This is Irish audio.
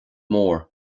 mór